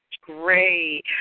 Great